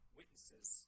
witnesses